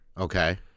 Okay